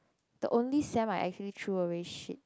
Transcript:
the only sem that I actually threw away shit